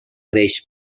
greix